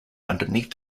underneath